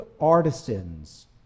artisans